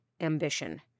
ambition